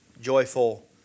joyful